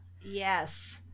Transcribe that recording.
Yes